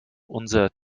unser